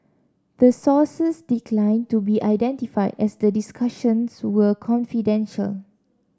the sources declined to be identified as the discussions were confidential